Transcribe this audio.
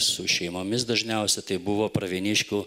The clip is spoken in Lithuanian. su šeimomis dažniausiai tai buvo pravieniškių